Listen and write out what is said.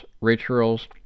rituals